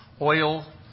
oil